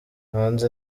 hanze